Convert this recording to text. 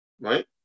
Right